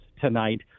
tonight